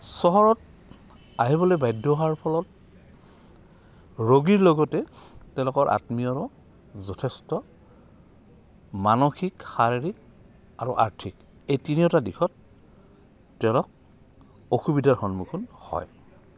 চহৰত আহিবলৈ বাধ্য হোৱাৰ ফলত ৰোগীৰ লগতে তেওঁলোকৰ আত্মীয়ৰ যথেষ্ট মানসিক শাৰীৰিক আৰু আৰ্থিক এই তিনিওটা দিশত তেওঁলোক অসুবিধাৰ সন্মুখীন হয়